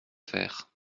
faire